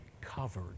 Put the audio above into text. covered